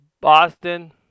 Boston